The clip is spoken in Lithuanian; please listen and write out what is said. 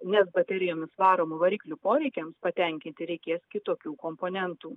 nes baterijomis varomų variklių poreikiams patenkinti reikės kitokių komponentų